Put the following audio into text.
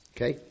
Okay